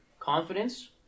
Confidence